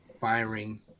firing